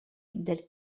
delle